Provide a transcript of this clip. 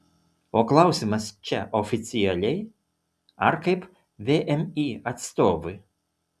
o klausimas čia oficialiai ar kaip vmi atstovui